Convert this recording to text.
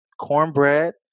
cornbread